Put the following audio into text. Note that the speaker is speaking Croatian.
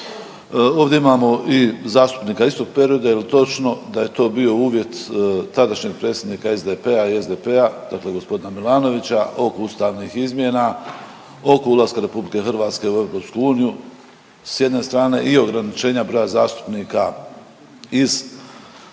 Ovdje imamo i zastupnika … jel točno da je to bio uvjet tadašnjeg predsjednika SDP-a i SDP dakle g. Milanovića oko ustavnih izmjena oko ulaska RH u EU s jedne strane i ograničenja broja zastupnika iz 11.